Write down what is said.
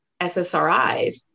SSRIs